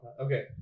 Okay